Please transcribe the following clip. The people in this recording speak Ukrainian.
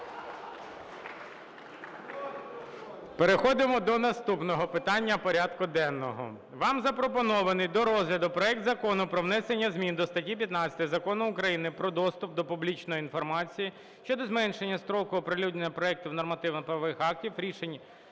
Переходимо до наступного питання порядку денного. Вам запропонований до розгляду проект Закону про внесення змін до статті 15 Закону України "Про доступ до публічної інформації" щодо зменшення строку оприлюднення проектів нормативно-правових актів, рішень